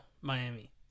Miami